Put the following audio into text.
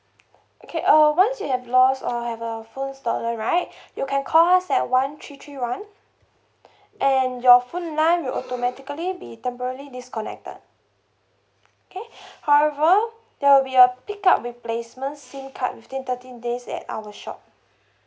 okay uh once you have lost or have a phone stolen right you can call us at one three three one and your phone line will automatically be temporally disconnected okay however there will be a pick up replacement SIM card within thirteen days at our shop